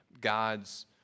God's